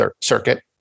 circuit